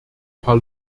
paar